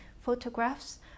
photographs